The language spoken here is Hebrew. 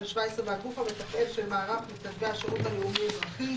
והגוף המתפעל של מערך מתנדבי השירות הלאומי-אזרחי,